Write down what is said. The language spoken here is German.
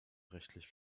rechtlich